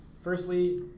firstly